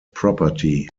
property